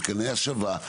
מתקני השבה,